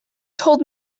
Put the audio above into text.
told